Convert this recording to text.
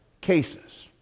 cases